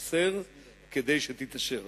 עשר, כדי שתתעשר.